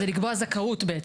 זה לקבוע זכאות.